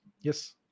Yes